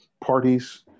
parties